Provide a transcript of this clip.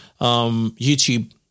YouTube